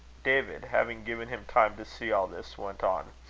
david, having given him time to see all this, went on